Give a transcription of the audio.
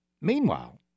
meanwhile